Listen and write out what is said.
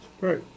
Right